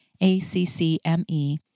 ACCME